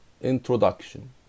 introduction